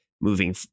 moving